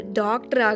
doctor